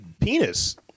penis